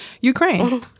Ukraine